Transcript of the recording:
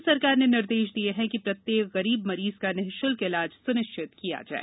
राज्य सरकार ने निर्देश दिये हैं कि प्रत्येक गरीब मरीज का निःशुल्क इलाज सुनिश्चित किया जाये